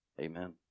Amen